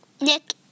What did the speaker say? Nick